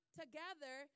together